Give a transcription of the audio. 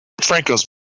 Franco's